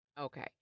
Okay